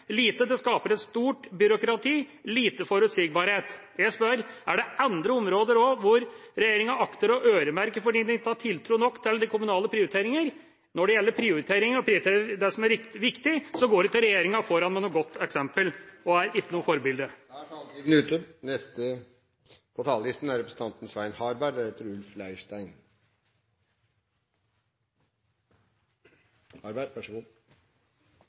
lite. Det skapes et stort byråkrati og lite forutsigbarhet. Jeg spør: Er det også andre områder som regjeringa akter å øremerke, fordi den ikke har nok tiltro til kommunale prioriteringer? Når det gjelder å prioritere det som er viktig, går ikke regjeringa foran med et godt eksempel. Den er ikke et forbilde. En av de viktigste oppgavene for en regjering er